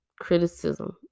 Criticism